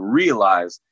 realize